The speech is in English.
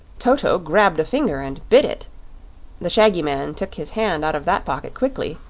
toto grabbed a finger and bit it the shaggy man took his hand out of that pocket quickly,